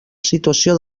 situació